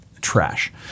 trash